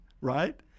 Right